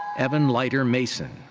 evan leiter-mason,